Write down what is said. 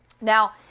now